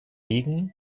ligen